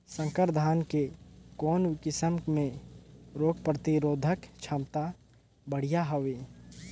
संकर धान के कौन किसम मे रोग प्रतिरोधक क्षमता बढ़िया हवे?